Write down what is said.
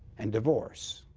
and divorce.